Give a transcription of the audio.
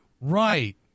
Right